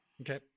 Okay